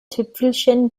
tüpfelchen